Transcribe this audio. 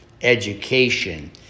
education